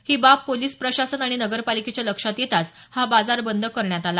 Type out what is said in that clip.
ही बाब पोलीस प्रशासन आणि नगरपालिकेच्या लक्षात येताच हा बाजार बंद करण्यात आला